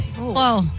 Whoa